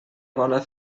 bona